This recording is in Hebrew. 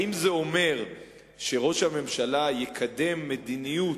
האם זה אומר שראש הממשלה יקדם מדיניות